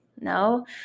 no